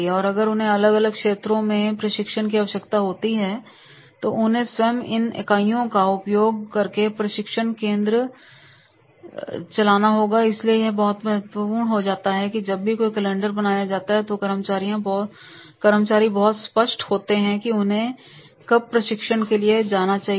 और अगर उन्हें अलग अलग क्षेत्रों में प्रशिक्षण की आवश्यकता होती है तो उन्हें स्वयं इन इकाइयों का उपयोग करके प्रशिक्षण केंद्र चलाना होगा इसलिए यह बहुत महत्वपूर्ण हो जाता है कि जब भी कोई कैलेंडर बनाया जाता है तो कर्मचारी बहुत स्पष्ट होते हैं कि उन्हें कब प्रशिक्षण के लिए जाना है